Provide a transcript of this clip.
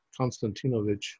Konstantinovich